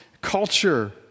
culture